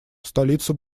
столица